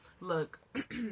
look